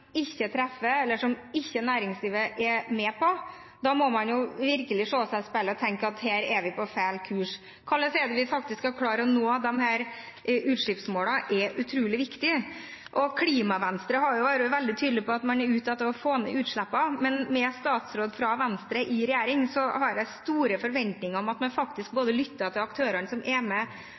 ikke treffer, eller som næringslivet ikke er med på, må man jo virkelig se seg i speilet og tenke at her er vi på feil kurs. Hvordan vi faktisk skal klare å nå de utslippsmålene, er utrolig viktig. Klima-Venstre har vært veldig tydelig på at man er ute etter å få ned utslippene, og med en statsråd fra Venstre i regjering har jeg store forventinger om at man både lytter til aktørene som er med